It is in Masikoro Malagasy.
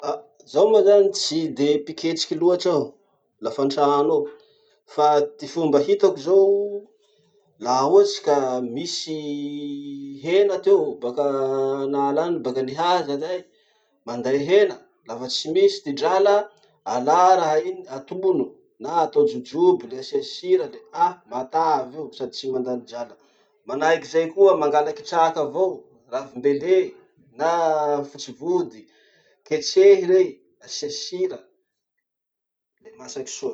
Ah! zaho moa zany tsy de mpiketriky loatsy aho, lafa antrano ao. Fa ty fomba hitako zao, laha ohatsy ka misy hena ty eo, baka an'ala any, baka nihaja zay, manday hena, lafa tsy misy ty drala, alà raha iny atono, na atao jojoby le asia sira le ah matavy io sady tsy mandany drala. Manahaky zay koa mangalaky traka avao, ravim-bele, na fotsy vody, ketrehy rey, asia sira, le masaky soa.